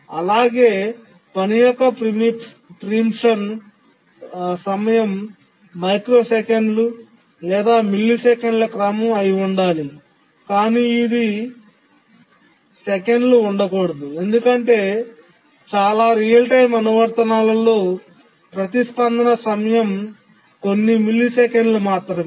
అలాగే పని యొక్క ప్రీమిప్షన్ సమయం మైక్రోసెకన్లు లేదా మిల్లీసెకన్ల క్రమం అయి ఉండాలి కాని ఇది సెకన్లు ఉండకూడదు ఎందుకంటే చాలా నిజ సమయ అనువర్తనాలలో ప్రతిస్పందన సమయం కొన్ని మిల్లీసెకన్లు మాత్రమే